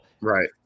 Right